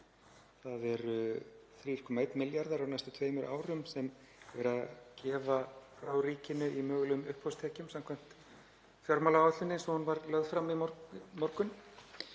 Það er 3,1 milljarður á næstu tveimur árum sem er verið að gefa frá ríkinu í mögulegum uppboðstekjum samkvæmt fjármálaáætlun eins og hún var lögð fram í morgun.